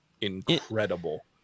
incredible